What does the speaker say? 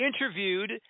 interviewed